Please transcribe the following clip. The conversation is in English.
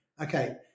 okay